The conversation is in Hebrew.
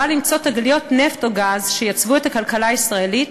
למצוא תגליות נפט או גז שייצבו את הכלכלה הישראלית,